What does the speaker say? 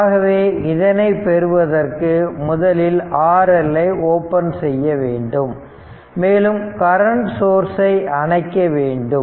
ஆகவே இதனை பெறுவதற்கு முதலில் RL ஐ ஓபன் செய்ய வேண்டும் மேலும் கரண்ட் சோர்ஸ்சை அணைக்க வேண்டும்